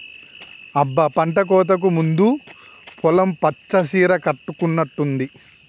అబ్బ పంటకోతకు ముందు పొలం పచ్చ సీర కట్టుకున్నట్టుంది